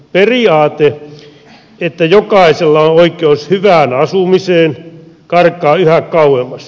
periaate että jokaisella on oikeus hyvään asumiseen karkaa yhä kauemmas